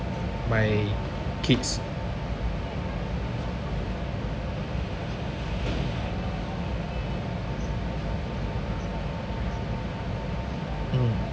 my kids mm